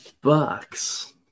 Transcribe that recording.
Bucks